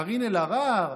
קארין אלהרר,